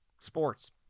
sports